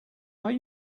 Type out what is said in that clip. are